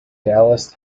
dallas